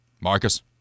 Marcus